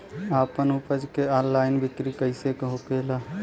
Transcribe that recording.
आपन उपज क ऑनलाइन बिक्री कइसे हो सकेला?